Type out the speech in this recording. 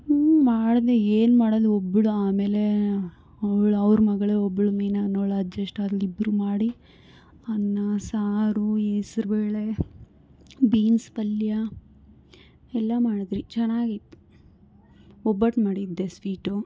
ಹ್ಞೂ ಮಾಡ್ದೆ ಏನು ಮಾಡೋದು ಒಬ್ಬಳು ಆಮೇಲೆ ಅವ್ಳು ಅವ್ರ ಮಗಳೇ ಒಬ್ಳು ಮೀನಾ ಅನ್ನೋಳು ಅಡ್ಜೆಸ್ಟ್ ಆದ್ಳು ಇಬ್ರು ಮಾಡಿ ಅನ್ನ ಸಾರು ಹೆಸ್ರುಬೇಳೆ ಬೀನ್ಸ್ ಪಲ್ಯ ಎಲ್ಲ ಮಾಡಿದ್ವಿ ಚೆನ್ನಾಗಿತ್ತು ಒಬ್ಬಟ್ಟು ಮಾಡಿದ್ದೆ ಸ್ವೀಟು